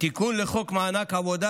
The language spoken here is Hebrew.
התיקון לחוק מענק העבודה